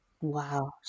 Wow